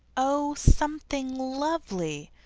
oh, something lovely!